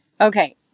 Okay